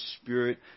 spirit